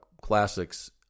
classics